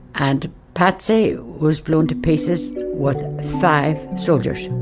and patsy was blown to pieces with five soldiers.